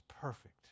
perfect